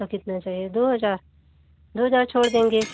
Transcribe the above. तो कितना चाहिए दो हजार दो हजार छोड़ देंगे